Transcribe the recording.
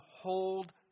hold